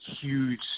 huge